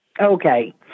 Okay